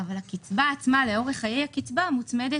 אבל הקצבה עצמה לאורך חיי הקצבה מוצמדת,